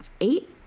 eight